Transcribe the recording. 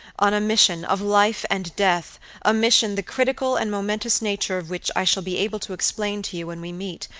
on a mission of life and death a mission the critical and momentous nature of which i shall be able to explain to you when we meet,